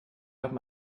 haben